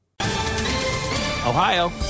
Ohio